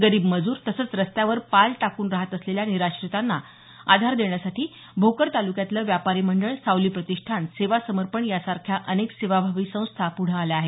गरीब मजूर तसंच रस्त्यावर पाल टाकून राहत असलेल्या निराश्रितांना आधार देण्यासाठी भोकर तालुक्यातलं व्यापारी मंडळ सावली प्रतिष्ठान सेवा समर्पण यासारख्या अनेक सेवाभावी संस्था पुढे आल्या आहेत